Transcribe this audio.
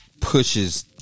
pushes